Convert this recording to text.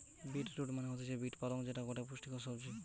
bit root মানে হতিছে beet পালং যেটা গটে পুষ্টিকর সবজি